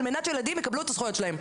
על מנת שילדים יקבלו את הזכויות שלהם.